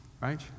right